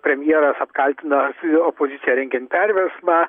premjeras apkaltina opoziciją rengiant perversmą